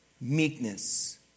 Meekness